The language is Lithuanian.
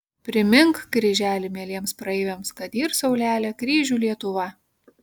primink kryželi mieliems praeiviams kad yr saulelė kryžių lietuva